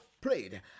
prayed